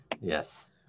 Yes